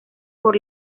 por